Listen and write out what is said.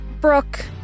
Brooke